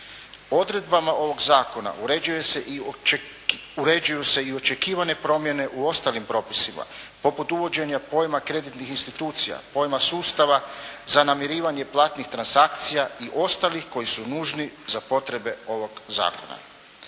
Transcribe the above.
Odredbama ovog zakona uređuju se i očekivane promjene u ostalim propisima, poput uvođenja pojma kreditnih institucija, pojma sustava za namirivanje platnih transakcija i ostalih koji su nužni za potrebe ovog zakona.